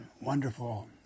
wonderful